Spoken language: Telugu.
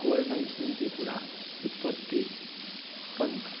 కోల్ మైన్స్ నుంచి కూడా ఉత్పత్తి పొందుతుంది